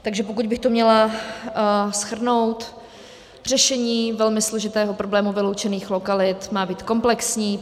Takže pokud bych to měla shrnout, řešení velmi složitého problému vyloučených lokalit má být komplexní.